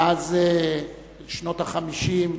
מאז שנות ה-50,